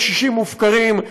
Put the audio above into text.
קשישים מופקרים,